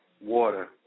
Water